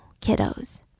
kiddos